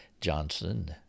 Johnson